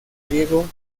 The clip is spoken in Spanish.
griego